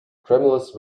tremulous